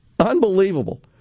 Unbelievable